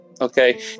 okay